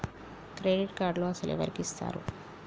Credit కార్డులు అసలు ఎవరికి ఇస్తారు?